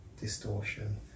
distortion